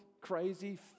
crazy